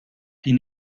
die